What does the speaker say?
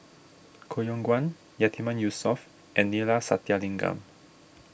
Koh Yong Guan Yatiman Yusof and Neila Sathyalingam